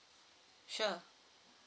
sure